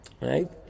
right